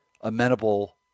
amenable